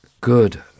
good